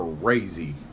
crazy